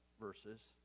verses